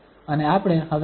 અને આપણે હવે આ કરીશું